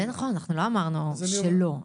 זה נכון, אנחנו לא אמרנו שלא.